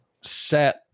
set